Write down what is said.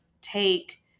take